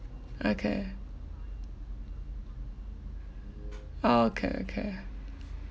okay okay okay